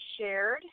shared